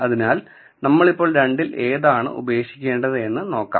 അതിനാൽ നമ്മൾ ഇപ്പോൾ രണ്ടിൽ ഏതാണ് ഉപേക്ഷിക്കേണ്ടതെന്ന് നോക്കാം